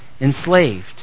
enslaved